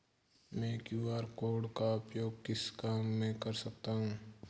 मैं QR code का उपयोग किस काम में कर सकता हूं?